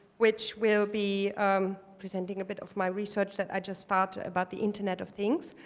which will be presenting a bit of my research that i just started about the internet of things.